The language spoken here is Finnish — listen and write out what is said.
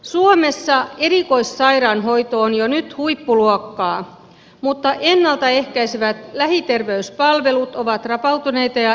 suomessa erikoissairaanhoito on jo nyt huippuluokkaa mutta ennalta ehkäisevät lähiterveyspalvelut ovat rapautuneita ja eriarvoistavia